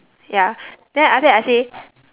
ya then after that I say